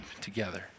together